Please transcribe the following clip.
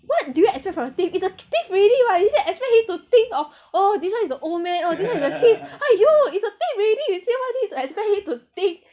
what do you expect from a thief is a thief already what you still expect him to think of oh this one is a old man oh this one is a kid !aiyo! is a thief already you still want him to expect him to think